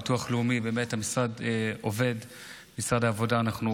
הביטוח הלאומי ומשרד העבודה באמת עובדים.